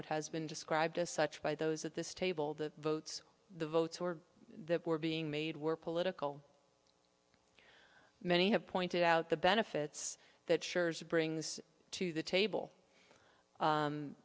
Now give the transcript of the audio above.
it has been described as such by those at this table the votes the votes were were being made were political many have pointed out the benefits that sures brings to the table